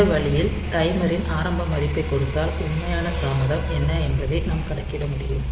இந்த வழியில் டைமரின் ஆரம்ப மதிப்பை கொடுத்தால் உண்மையான தாமதம் என்ன என்பதை நாம் கணக்கிட முடியும்